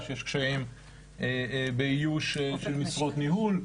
יש קשיים באיוש של משרות ניהול.